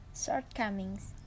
shortcomings